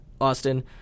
Austin